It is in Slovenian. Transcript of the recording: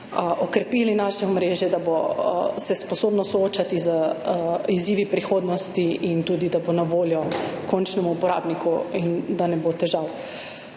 okrepili naše omrežje, da se bo sposobno soočati z izzivi prihodnosti, da bo na voljo končnemu uporabniku in da ne bo težav.